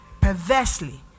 perversely